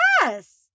yes